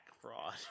fraud